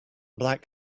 black